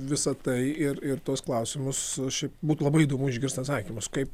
visa tai ir ir tuos klausimus o šiaip būtų labai įdomu išgirst atsakymus kaip